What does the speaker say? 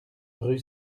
rue